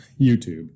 YouTube